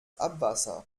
abwasser